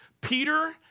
Peter